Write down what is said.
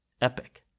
epic